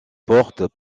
portes